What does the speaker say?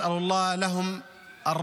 מישהו יודע מדוע שירות הביטחון הכללי